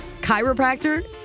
chiropractor